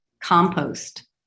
compost